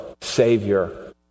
Savior